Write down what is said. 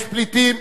יש פליטים,